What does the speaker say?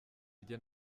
rye